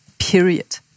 Period